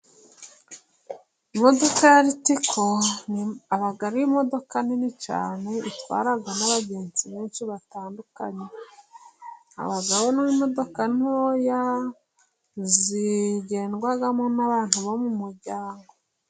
Imodoka ya Ritiko aba ari imodoka nini cyane, itwara n'abagenzi benshi batandukanye, habaho n'imodoka ntoya zigendwamo n'abantu bo mu muryango.